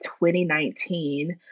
2019